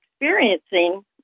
experiencing